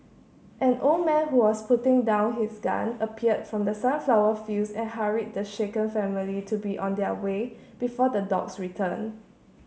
an old man who was putting down his gun appeared from the sunflower fields and hurried the shaken family to be on their way before the dogs return